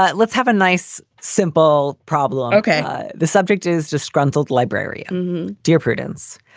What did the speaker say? but let's have a nice, simple problem. okay. the subject is disgruntled librarian dear prudence.